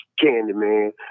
Candyman